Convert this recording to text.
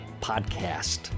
Podcast